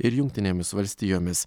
ir jungtinėmis valstijomis